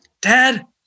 Dad